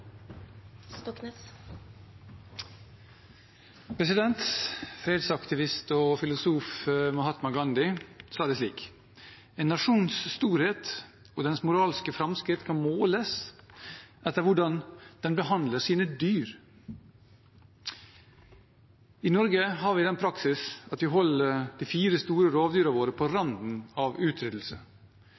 Fredsaktivist og filosof Mahatma Gandhi sa det slik: «En nasjons storhet og dens moralske framskritt kan måles etter hvordan den behandler sine dyr.» I Norge har vi den praksis at vi holder de fire store rovdyrene våre på randen av utryddelse.